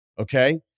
Okay